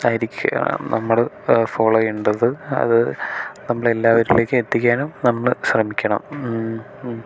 ആയിരിക്കണം നമ്മൾ ഫോളൊ ചെയ്യേണ്ടത് അത് നമ്മൾ എല്ലാവരിലേക്ക് എത്തിക്കാനും നമ്മൾ ശ്രമിക്കണം